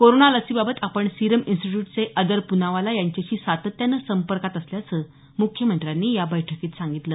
corona लसीबाबत आपण serum इन्स्टिट्यूटचे अदर पुनावाला यांच्याशी सातत्यानं संपर्कात असल्याचं मुख्यमंत्यांनी या बैठकीत सांगितलं